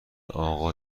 اقا